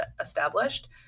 established